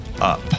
up